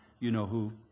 you-know-who